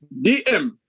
DM